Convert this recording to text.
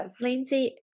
Lindsay